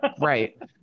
right